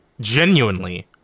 genuinely